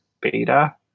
beta